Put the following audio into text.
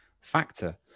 factor